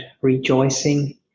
rejoicing